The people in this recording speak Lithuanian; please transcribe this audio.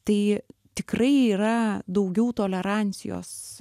tai tikrai yra daugiau tolerancijos